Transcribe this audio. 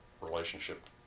relationship